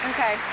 Okay